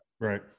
right